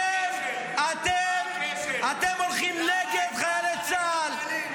למה הצבעת נגד החיילים?